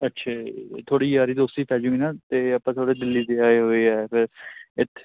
ਅੱਛਾ ਜੀ ਥੋੜ੍ਹੀ ਯਾਰੀ ਦੋਸਤੀ ਪੈਜੂਗੀ ਨਾ ਅਤੇ ਆਪਾਂ ਥੋੜ੍ਹਾ ਦਿੱਲੀ ਦੇ ਆਏ ਹੋਏ ਆ ਫਿਰ ਇੱਥੇ